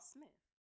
Smith